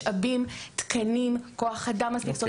משאבים, תקנים, כוח אדם מספק.